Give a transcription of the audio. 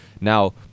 Now